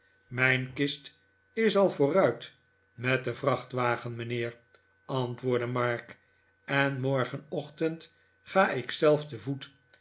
mijn kist is al vooruit met den vrachtwagen mijnheer antwoordde mark en morgenochtend ga ik zelf te voet